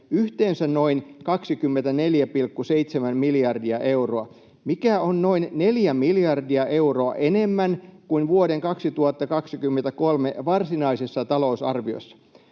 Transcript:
yhteensä noin 24,7 miljardia euroa, mikä on noin 4 miljardia euroa enemmän kuin vuoden 2023 varsinaisessa talousarviossa.